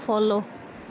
follow